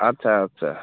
আচ্ছা আচ্ছা